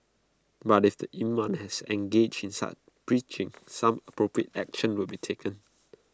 but if the imam had engaged in such preaching some appropriate action will be taken